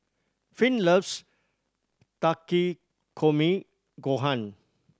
Finn loves Takikomi Gohan